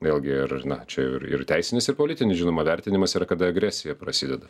vėlgi ir na čia jau ir ir teisinis ir politinis žinoma vertinimas yra kada agresija prasideda